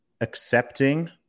accepting